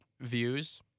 views